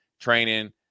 training